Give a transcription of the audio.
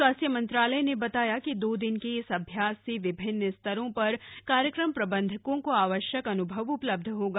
स्वास्थ्य मंत्रालय ने बताया कि दो दिन के इस अभ्यास से विभिन्न स्तरों पर कार्यक्रम प्रबंधकों को आवश्यक अनुभव उपलब्ध होगा